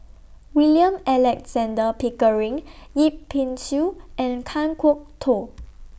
William Alexander Pickering Yip Pin Xiu and Kan Kwok Toh